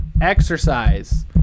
exercise